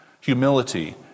humility